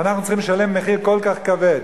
ואנחנו צריכים לשלם מחיר כל כך כבד,